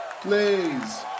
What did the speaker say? Please